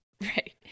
right